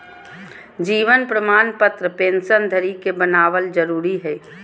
जीवन प्रमाण पत्र पेंशन धरी के बनाबल जरुरी हइ